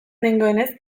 nengoenez